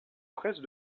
presse